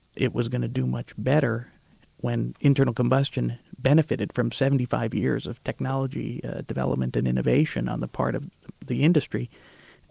it was going to do much better when internal combustion benefited from seventy five years of technology development and innovation on the part of the industry,